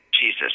Jesus